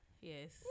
Yes